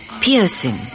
Piercing